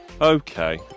Okay